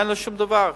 אין לו שום דבר.